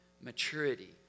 maturity